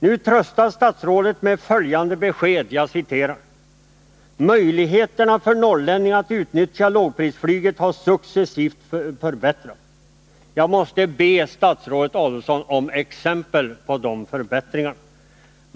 Nu tröstar oss statsrådet med följande besked: ”Möjligheterna för norrlänningar att utnyttja lågprisflyget har också successivt förbättrats.” Jag måste be statsrådet Adelsohn om exempel på de förbättringarna.